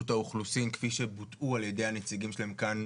האוכלוסין כפי שבוטאו על ידי הנציגים שלהם כאן,